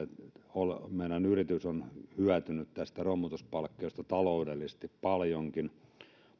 meidän yrityksemme on hyötynyt tästä romutuspalkkiosta taloudellisesti paljonkin